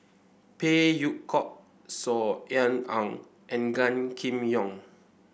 Phey Yew Kok Saw Ean Ang and Gan Kim Yong